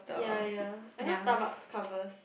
ya ya I know Starbucks covers